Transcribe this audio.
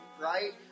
right